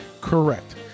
Correct